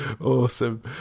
Awesome